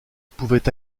pouvaient